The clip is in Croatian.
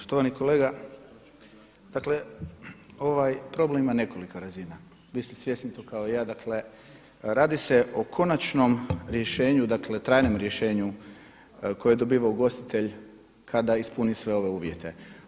Štovani kolega dakle ovaj problem ima nekoliko razina, vi ste svjesni tu kao i ja dakle, radi se o konačnom rješenju, dakle trajnom rješenju koje dobiva ugostitelj kada ispuni sve ove uvjete.